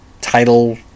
title